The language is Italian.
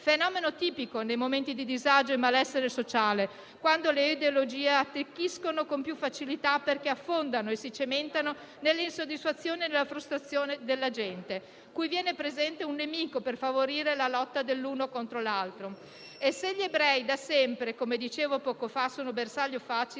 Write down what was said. fenomeno tipico nei momenti di disagio e di malessere sociale, quando le ideologie attecchiscono con più facilità, perché affondano e si cementano nell'insoddisfazione e nella frustrazione della gente, cui viene presentato un nemico per favorire la lotta dell'uno contro l'altro. Se gli ebrei da sempre - come dicevo poco fa - sono bersaglio facile,